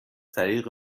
طریق